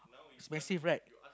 expensive right